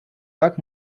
так